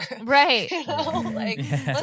Right